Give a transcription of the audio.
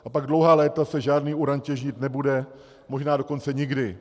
Pak dlouhá léta se žádný uran těžit nebude, možná dokonce nikdy.